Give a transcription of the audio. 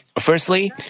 Firstly